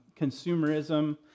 consumerism